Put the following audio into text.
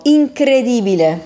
incredibile